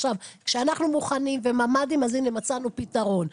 כשאנחנו מוכנים ויש ממ"דים הנה, מצאנו פתרון.